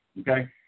okay